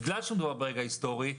בגלל שמדובר ברגע היסטורי,